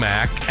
Mac